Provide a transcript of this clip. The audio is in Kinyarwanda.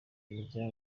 kiriziya